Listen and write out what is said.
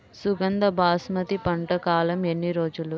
సుగంధ బాసుమతి పంట కాలం ఎన్ని రోజులు?